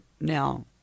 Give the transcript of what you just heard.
now